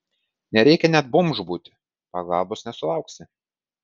nereikia net bomžu būti pagalbos nesulauksi